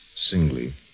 singly